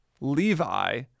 Levi